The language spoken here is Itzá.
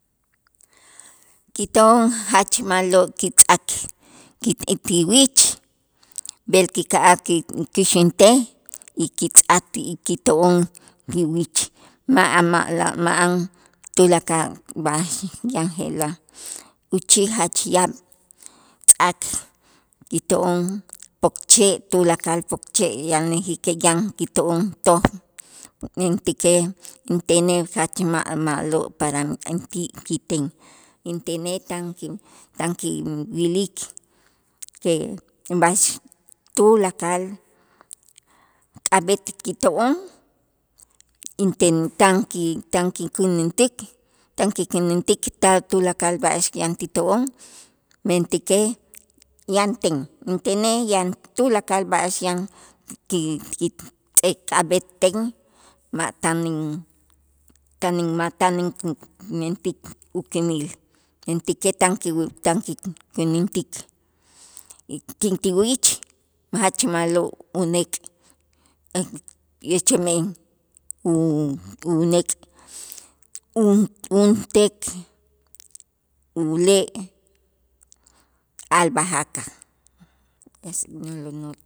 Kit'on jach ma'lo' kitz'ak ki ti wich b'el kika'aj kikäxäntej y kitz'ak ti y kito'on kiwich ma'an ma'lo' ma'an tulakal b'a'ax yan je'la' uchij jach yaab' tz'ak kito'on pokche' tulakal pokche' yanäjij que yan kito'on toj, mentäkej intenej jach ma' ma'lo' para kiten, intenej tan ki tan ki- kiwilik que b'a'ax tulakal k'ab'et kito'on inten tan ki tan kikänäntik tan kikänäntik tak tulakal b'a'ax yan ti to'on, mentäkej yanten, intenej yan tulakal b'a'ax yan ki- kitz'eek k'ab'eten ma' tan in tan in ma' tan mentik ukimil, mentäkej tan kiw tan kikänäntik y kin ti uyich jach ma'lo' unek' chemen u- unek' un unteek ule' albahaca. es no lo no